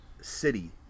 city